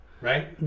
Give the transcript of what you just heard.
Right